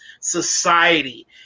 society